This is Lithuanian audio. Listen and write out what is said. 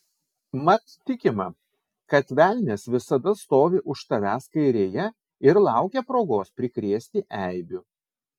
mat tikima kad velnias visada stovi už tavęs kairėje ir laukia progos prikrėsti eibių